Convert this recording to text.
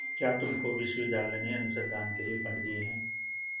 क्या तुमको विश्वविद्यालय ने अनुसंधान के लिए फंड दिए हैं?